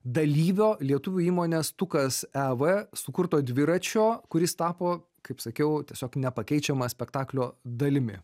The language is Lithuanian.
dalyvio lietuvių įmonės tukas ev sukurto dviračio kuris tapo kaip sakiau tiesiog nepakeičiama spektaklio dalimi